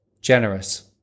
Generous